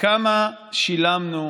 וכמה שילמנו,